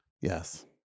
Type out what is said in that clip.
Yes